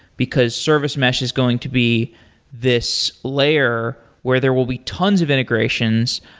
because service mesh is going to be this layer where there will be tons of integrations.